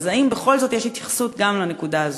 אז האם בכל זאת יש התייחסות גם לנקודה הזאת?